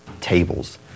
tables